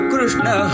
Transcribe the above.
Krishna